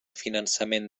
finançament